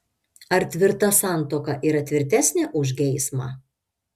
ar tvirta santuoka yra tvirtesnė už geismą